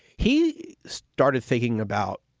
he started thinking about.